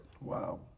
Wow